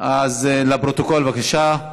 הוספת ליוליה.